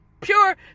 pure